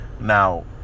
now